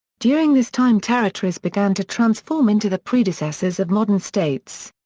during this time territories began to transform into the predecessors of modern states.